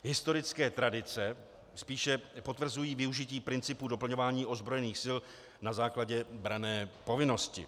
Historické tradice spíše potvrzují využití principu doplňování ozbrojených sil na základě branné povinnosti.